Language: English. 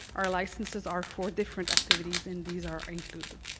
our licenses are for different activities and these are included.